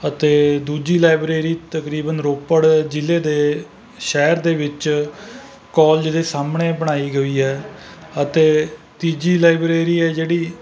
ਅਤੇ ਦੂਜੀ ਲਾਇਬ੍ਰੇਰੀ ਤਕਰੀਬਨ ਰੋਪੜ ਜ਼ਿਲ੍ਹੇ ਦੇ ਸ਼ਹਿਰ ਦੇ ਵਿੱਚ ਕਾਲਜ ਦੇ ਸਾਹਮਣੇ ਬਣਾਈ ਗਈ ਹੈ ਅਤੇ ਤੀਜੀ ਲਾਇਬ੍ਰੇਰੀ ਆ ਜਿਹੜੀ